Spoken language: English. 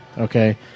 Okay